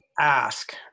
ask